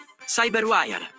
CyberWire